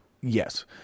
Yes